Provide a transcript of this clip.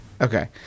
Okay